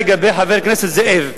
לגבי חבר כנסת זאב,